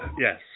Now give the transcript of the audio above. Yes